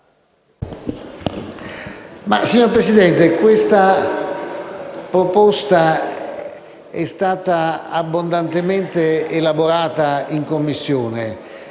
Signor Presidente, questa proposta è stata abbondantemente elaborata in Commissione